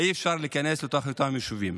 ואי-אפשר יהיה להיכנס לתוך אותם יישובים.